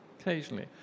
occasionally